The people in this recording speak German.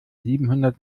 siebenhundert